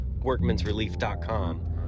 workmansrelief.com